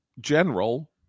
general